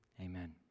amen